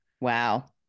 Wow